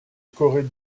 corée